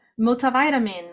multivitamin